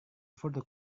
foto